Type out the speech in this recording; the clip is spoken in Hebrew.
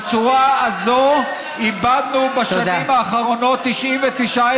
בצורה הזו איבדנו בשנים האחרונות 99 אזרחים,